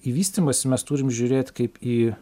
į vystymąsi mes turim žiūrėt kaip į